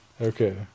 Okay